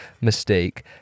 mistake